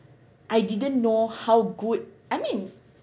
I didn't know how good I mean